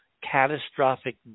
catastrophic